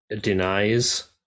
denies